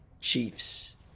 Chiefs